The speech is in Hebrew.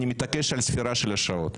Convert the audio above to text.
אני מתעקש על ספירה של שעות.